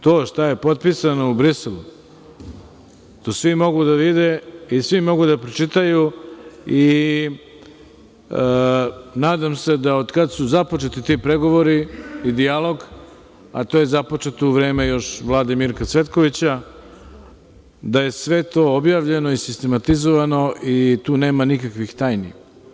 To šta je potpisano u Briselu, to svi mogu da vide i svi mogu da pročitaju i nadam se da od kada su započeti ti pregovori i dijalog, a to je započeto još u vreme vlade Mirka Cvetković, da je sve to objavljeno i sistematizovano i tu nema nikakvih tajni.